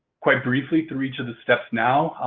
quite briefly through each of the steps now,